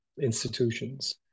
institutions